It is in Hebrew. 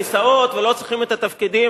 את הכיסאות ולא צריכים את התפקידים.